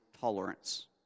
tolerance